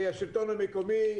השלטון המקומי,